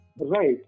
Right